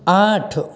आठ